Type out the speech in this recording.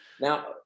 now